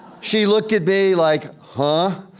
she looked at me like, huh?